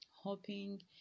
hoping